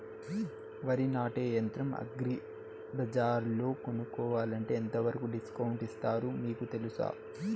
వరి నాటే యంత్రం అగ్రి బజార్లో కొనుక్కోవాలంటే ఎంతవరకు డిస్కౌంట్ ఇస్తారు మీకు తెలుసా?